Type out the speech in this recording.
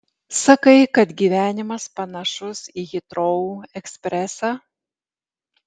sakai kad gyvenimas panašus į hitrou ekspresą